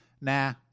nah